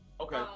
Okay